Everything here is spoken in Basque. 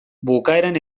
bukaeran